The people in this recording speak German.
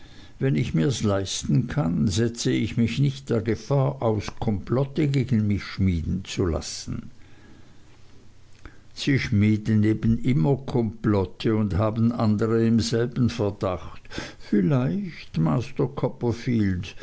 wenn ich mirs leisten kann setze ich mich nicht der gefahr aus komplotte gegen mich schmieden zu lassen sie schmieden eben immer komplotte und haben andere im selben verdacht vielleicht master copperfield